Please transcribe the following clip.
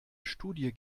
studie